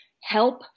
help